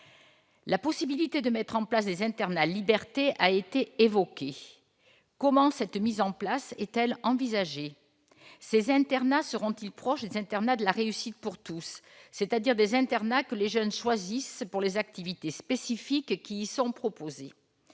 La possibilité de mettre en place des « internats liberté » a été évoquée. Comment cette mise en place est-elle envisagée ? Ces internats seront-ils proches des internats de la réussite pour tous, c'est-à-dire des internats que les jeunes choisissent pour les activités spécifiques qui y sont proposées ?